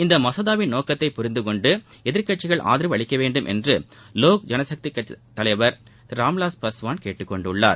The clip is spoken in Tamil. இம்மசோதாவின் நோக்கத்தை புரிந்துகொண்டு இதனிடையே எதிர்க்கட்சிகள் அதற்கு ஆதரவளிக்கவேண்டும் என்று லோக் ஜனசக்தி கட்சி தலைவர் திரு ராம்விலாஸ் பாஸ்வான் கேட்டுக்கொண்டுள்ளார்